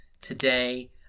Today